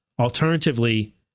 Alternatively